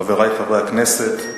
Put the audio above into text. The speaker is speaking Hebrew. חברי חברי הכנסת,